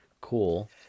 Cool